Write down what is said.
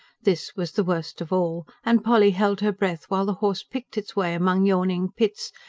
this was the worst of all and polly held her breath while the horse picked its way among yawning pits,